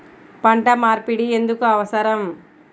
పంట మార్పిడి ఎందుకు అవసరం?